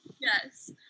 Yes